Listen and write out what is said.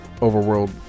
overworld